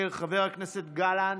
חבר הכנסת אוחנה, מוותר, חבר הכנסת גלנט,